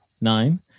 nine